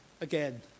again